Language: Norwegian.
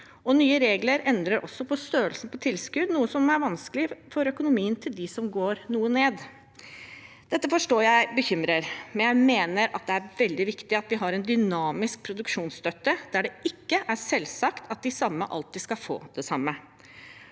Nye regler endrer også på størrelsen på tilskudd, noe som er vanskelig for økonomien til dem som går noe ned. Dette forstår jeg bekymrer, men jeg mener at det er veldig viktig at vi har en dynamisk produksjonsstøtte der det ikke er selvsagt at de samme alltid skal få det samme,